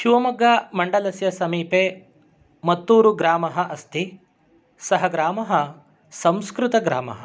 शिवमोग्गामण्डलस्य समीपे मत्तूरुग्रामः अस्ति सः ग्रामः संस्कृतग्रामः